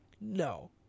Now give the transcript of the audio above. no